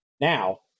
Now